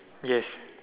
yes